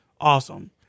awesome